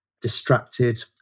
distracted